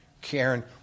Karen